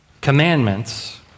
commandments